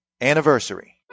anniversary